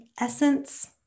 essence